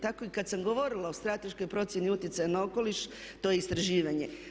Tako i kad sam govorila o strateškoj procjeni utjecaja na okoliš, to je istraživanje.